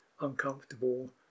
Uncomfortable